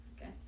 okay